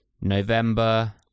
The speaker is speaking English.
November